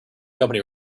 company